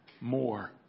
more